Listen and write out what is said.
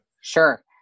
Sure